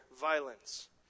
violence